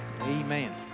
Amen